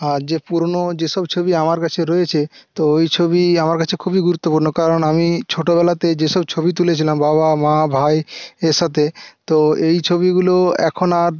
আর যে পুরনো যে সব ছবি আমার কাছে রয়েছে তো ওই ছবি আমার কাছে খুবই গুরুত্বপূর্ণ কারণ আমি ছোটোবেলাতে যে সব ছবি তুলেছিলাম বাবা মা ভাই এর সাথে তো এই ছবিগুলো এখন আর